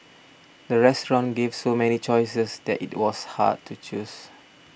the restaurant gave so many choices that it was hard to choose